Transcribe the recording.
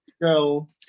Girl